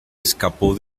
escapó